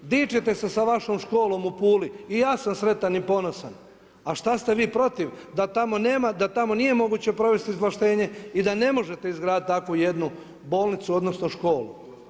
Dičite se vašom školom u Puli i ja sam sretan i ponosan, a šta ste vi protiv da tamo nije moguće provesti izvlaštenje i da ne možete izgraditi takvu jednu bolnicu odnosno školu.